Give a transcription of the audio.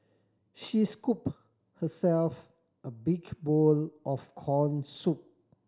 she scooped herself a big bowl of corn soup